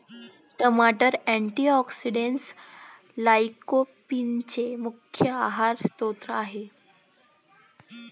टमाटर अँटीऑक्सिडेंट्स लाइकोपीनचे मुख्य आहार स्त्रोत आहेत